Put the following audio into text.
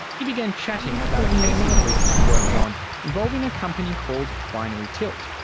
he began chatting about a case he's recently worked on involving a company called binary tilt.